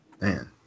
man